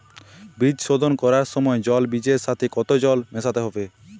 বীজ শোধন করার সময় জল বীজের সাথে কতো জল মেশাতে হবে?